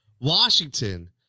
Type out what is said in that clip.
Washington